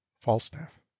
Falstaff